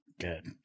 Good